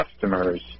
customers